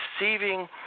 receiving